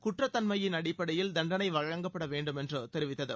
குற்றத் தன்மையின் அடிப்படையில் தண்டனை வழங்கப்பட வேண்டும் என்று தெரிவித்தது